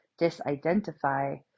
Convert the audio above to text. disidentify